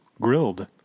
Grilled